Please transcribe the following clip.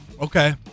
Okay